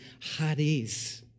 hadis